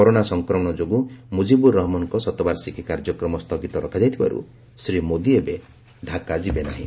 corona ସଂକ୍ରମଣ ଯୋଗୁଁ ମୁଜିବୁର ରହମାନଙ୍କ ଶତବାର୍ଷିକୀ କାର୍ଯ୍ୟକ୍ରମ ସ୍ଥଗିତ ରଖାଯାଇଥିବାରୁ ଶ୍ରୀ ମୋଦି ଏବେ ଢାକା ଯିବେ ନାହିଁ